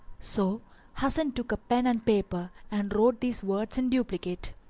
so hasan took a pen and paper and wrote these words in duplicate,